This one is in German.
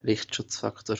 lichtschutzfaktor